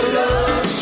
love